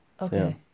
okay